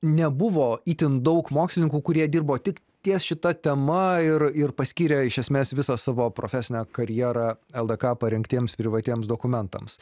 nebuvo itin daug mokslininkų kurie dirbo tik ties šita tema ir ir paskyrė iš esmės visą savo profesinę karjerą ldk parengtiems privatiems dokumentams